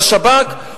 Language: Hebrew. לשב"כ,